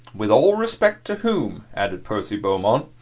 with all respect to whom, added percy beaumont,